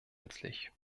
nützlich